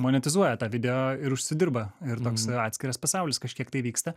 monetizuoja tą video ir užsidirba ir toks atskiras pasaulis kažkiek tai vyksta